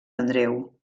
andreu